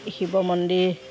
শিৱ মন্দিৰ